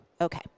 Okay